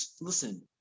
listen